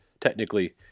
technically